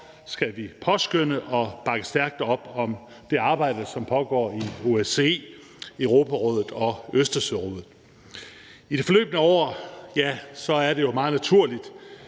skal vi påskønne og bakke stærkt op om det arbejde, som pågår i OSCE, Europarådet og Østersørådet. I det forløbne år er det jo meget naturligt